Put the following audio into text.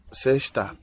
sexta